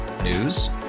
news